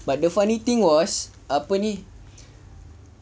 but the funny thing was apa ni